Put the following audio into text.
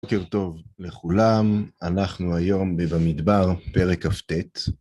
בוקר טוב לכולם, אנחנו היום בבמדבר פרק כ"ט.